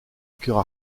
cœurs